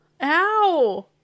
ow